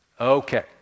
Okay